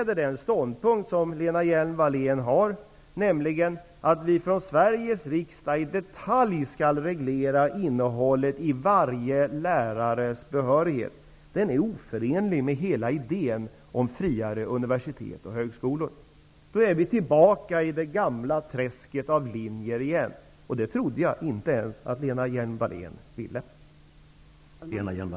Den ståndpunkt som Lena Hjelm-Wallén intar, nämligen att vi i Sveriges riksdag i detalj skall reglera innehållet i varje lärares behörighet, är oförenlig med hela idén om friare universitet och högskolor. Då är vi tillbaka igen i det gamla träsket av linjer. Det trodde jag att inte ens Lena Hjelm-Wallén ville ha.